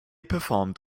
performed